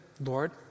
Lord